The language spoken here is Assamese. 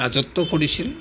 ৰাজত্ব কৰিছিল